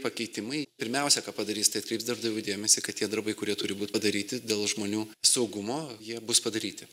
pakeitimai pirmiausia ką padarys tai atkreips darbdavių dėmesį kad tie darbai kurie turi būt padaryti dėl žmonių saugumo jie bus padaryti